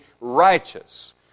righteous